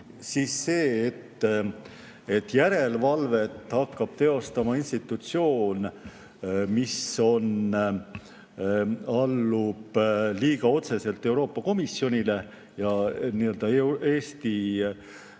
ehk see, et järelevalvet hakkab teostama institutsioon, mis allub liiga otseselt Euroopa Komisjonile, ja Eesti